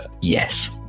Yes